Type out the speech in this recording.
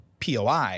POI